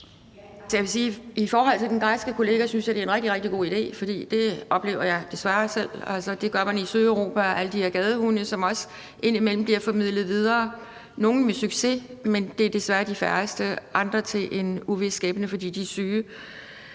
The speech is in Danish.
i forhold til den græske kollega synes jeg, det er en rigtig, rigtig god idé, for det oplever jeg desværre selv – altså, det gør man i Sydeuropa, hvor man har alle de her gadehunde, som også indimellem bliver formidlet videre, nogle med succes, men det er desværre de færreste, og andre til en uvis skæbne, fordi de er syge.